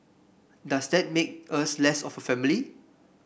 does that make us less of a family